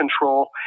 control